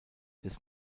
des